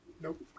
Nope